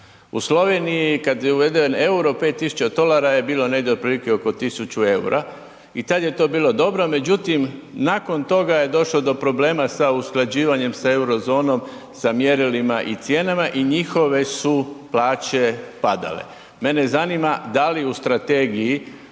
U Sloveniji kada je uveden euro, 5 tisuća tolara je bilo negdje otprilike oko 1000 eura i tada je to bilo dobro, međutim, nakon toga je došlo do problema sa usklađivanjem sa eurozonom sa mjerilima i cijenama i njihove su plaće padale. Mene zanima da li u strategiji